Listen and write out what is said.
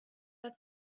her